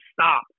stop